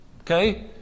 Okay